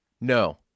No